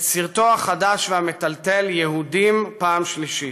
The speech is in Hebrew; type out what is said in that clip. את סרטו החדש והמטלטל "יהודים, פעם שלישית".